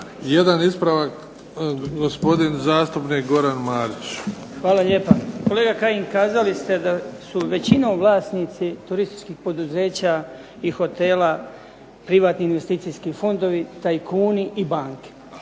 jedan ispravak, gospodin zastupnik Goran Marić. **Marić, Goran (HDZ)** Hvala lijepa. Kolega Kajin kazali ste da su većinom vlasnici turističkih poduzeća i hotela privatni investicijski fondovi, tajkuni i banke.